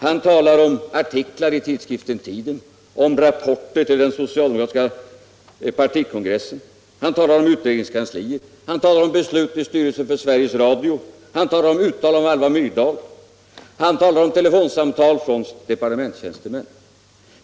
Han talade nu i stället om artiklar i tidskriften Tiden och om rapporter till socialdemokratiska partikongressen. Han talade om utredningskanslier, om beslut i styrelsen för Sveriges Radio, om uttalanden av Alva Myrdal och om telefonsamtal från departementstjänstemän.